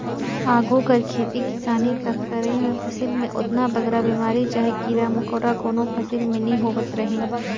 आघु कर खेती किसानी कर करई में फसिल में ओतना बगरा बेमारी चहे कीरा मकोरा कोनो फसिल में नी होवत रहिन